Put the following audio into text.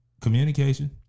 communication